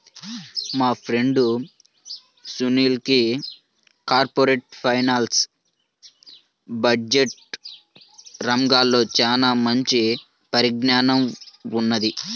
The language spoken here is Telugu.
మా ఫ్రెండు సునీల్కి కార్పొరేట్ ఫైనాన్స్, బడ్జెట్ రంగాల్లో చానా మంచి పరిజ్ఞానం ఉన్నది